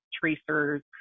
tracers